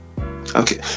okay